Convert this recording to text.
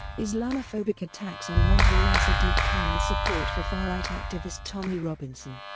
islamophobic attacks on london mayor sadiq khan and support for far-right activist tommy robinson.